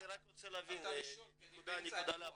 אני רוצה רק נקודה להבהרה.